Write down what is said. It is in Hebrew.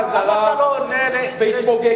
למה אתה לא עונה על דברים ענייניים?